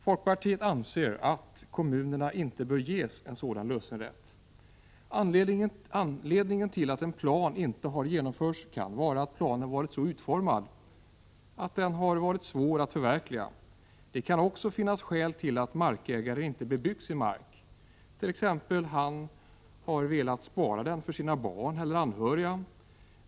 Folkpartiet anser att kommunerna inte bör ges en sådan lösenrätt. Anledningen till att en plan inte har genomförts kan vara att planen varit så utformad att den har varit svår att förverkliga. Det kan också finnas skäl till att markägaren inte bebyggt sin mark, t.ex. att han velat spara den för sina barn eller andra anhöriga.